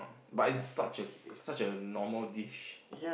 but it's such a such a normal dish